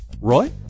Roy